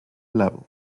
level